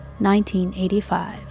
1985